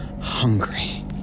hungry